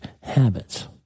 habits